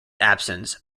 absence